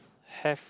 have